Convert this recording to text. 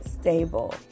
stable